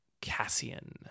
Cassian